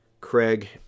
Craig